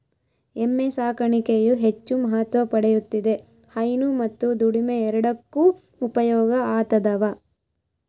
ಎಮ್ಮೆ ಸಾಕಾಣಿಕೆಯು ಹೆಚ್ಚು ಮಹತ್ವ ಪಡೆಯುತ್ತಿದೆ ಹೈನು ಮತ್ತು ದುಡಿಮೆ ಎರಡಕ್ಕೂ ಉಪಯೋಗ ಆತದವ